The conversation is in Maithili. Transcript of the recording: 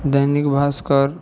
दैनिक भास्कर